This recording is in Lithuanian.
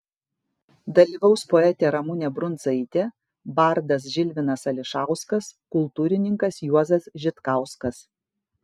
dalyvaus poetė ramunė brundzaitė bardas žilvinas ališauskas kultūrininkas juozas žitkauskas